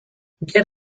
get